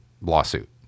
lawsuit